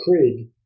Krieg